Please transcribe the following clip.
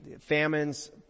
famines